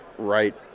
right